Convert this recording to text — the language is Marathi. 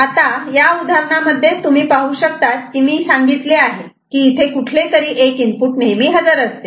आता या उदाहरणांमध्ये तुम्ही पाहू शकता की मी सांगितले आहे की इथे कुठलेतरी 1 इनपुट नेहमी हजर असते